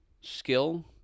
skill